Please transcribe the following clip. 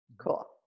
Cool